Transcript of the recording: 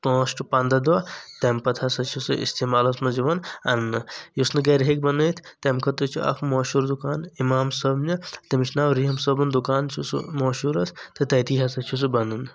پانٛژھ ٹوٚ پنٛداہ دۄہ تٔمہِ پتہٕ ہسا چھُ سُہ اِستِمالس منٛز یِوان اَننہٕ یُس نہٕ گرِ ہیٚکہِ بنأیِتھ تٔمہِ خأطرٕ چُھُ اکھ مشہوٗر دُکان اِمام صأبنہِ تٔمِس چھُ ناو رٔحیٖم صأبُن دُکان چھُ سُہ مشہوٗر حظ تہٕ تَتی ہسا چھُ سُہ بنان